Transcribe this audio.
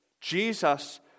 Jesus